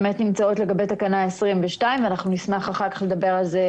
נמצאות לגבי תקנה 22. אנחנו נשמח אחר כך לדבר על זה,